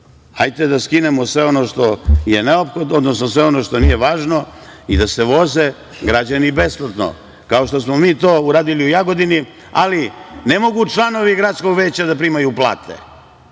hajte da skinemo sve ono što je neophodno, odnosno sve ono što nije važno i da se voze građani besplatno, kao što smo mi to uradili u Jagodini, ali ne mogu članovi gradskog veća da primaju plate,